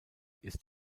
ist